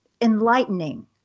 enlightening